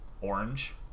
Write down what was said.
orange